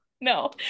no